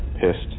pissed